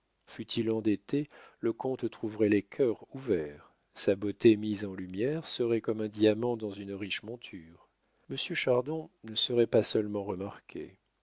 fût-il endetté le comte trouverait les cœurs ouverts sa beauté mise en lumière serait comme un diamant dans une riche monture monsieur chardon ne serait pas seulement remarqué